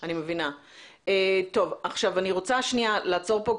טוב אני רוצה שנייה לעצור פה.